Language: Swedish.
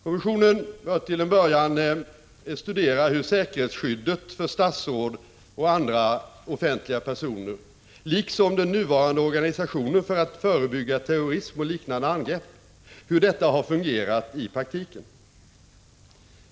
Kommissionen bör till en början studera hur säkerhetsskyddet för statsråd och andra offentliga personer — liksom den nuvarande organisationen för att förebygga terrorism och liknande angrepp — har fungerat i praktiken.